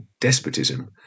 despotism